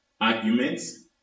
arguments